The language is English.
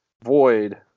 void